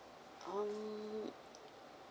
um